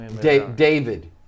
David